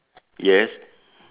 yes